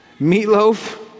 meatloaf